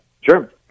Sure